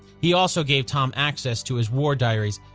he also gave tom access to his war diaries.